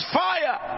fire